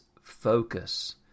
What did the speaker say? focus